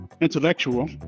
intellectual